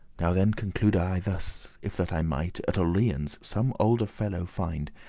now then conclude i thus if that i might at orleans some olde fellow find,